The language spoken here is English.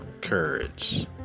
courage